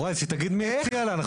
יוראי, שתגיד מי הציע לה את ההצעות.